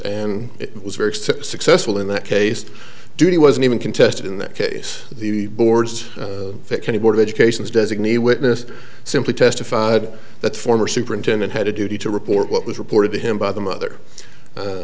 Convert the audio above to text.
and it was very successful in that case duty wasn't even contested in that case the board's county board of education is designee witness simply testified that former superintendent had a duty to report what was reported to him by the mother